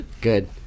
Good